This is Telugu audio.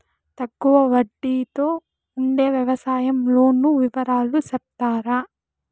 తక్కువ వడ్డీ తో ఉండే వ్యవసాయం లోను వివరాలు సెప్తారా?